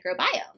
microbiome